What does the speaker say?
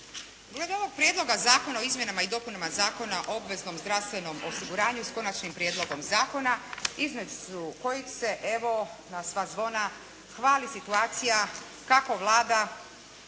Glede ovog Prijedloga Zakona o izmjenama i dopunama Zakona o obveznom zdravstvenom osiguranju s konačnim prijedlogom zakona između kojih se evo, na sva zvona hvali situacija kako Vlada